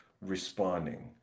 responding